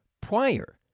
prior